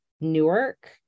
Newark